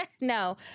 No